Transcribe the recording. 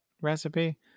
recipe